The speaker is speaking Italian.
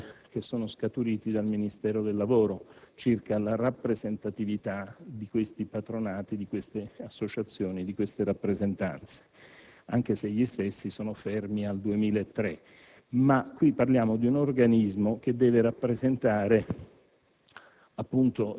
i dati posseduti dal Ministero del lavoro circa la rappresentatività di questi patronati, di queste associazioni e di queste rappresentanze, anche se gli stessi sono fermi al 2003. Qui parliamo, però, di un organismo che deve rappresentare,